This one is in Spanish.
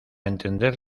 entender